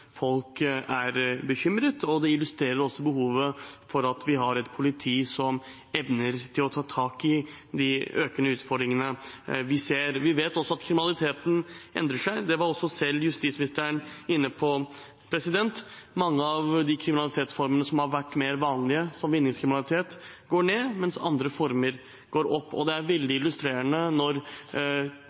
folk er bekymret. Det illustrerer også behovet for at vi har et politi som evner å ta tak i de økende utfordringene vi ser. Vi vet at kriminaliteten endrer seg. Det var også justisministeren selv inne på. Mange av de kriminalitetsformene som har vært mer vanlige, som vinningskriminalitet, går ned, mens andre former går opp. Det er veldig illustrerende når